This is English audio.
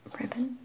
ribbon